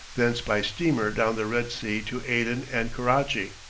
thence by steamer down the red sea to aden and karachi.